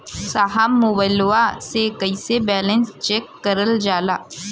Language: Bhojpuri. साहब मोबइलवा से कईसे बैलेंस चेक करल जाला?